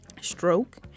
Stroke